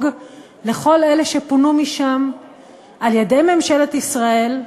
לכל אלה שפונו משם על-ידי ממשלת ישראל,